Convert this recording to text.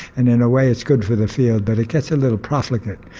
and in a way it's good for the field, but it gets a little profligate.